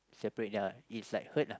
separate ya is like hurt lah